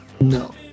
No